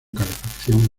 calefacción